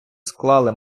склали